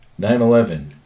9-11